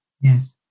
Yes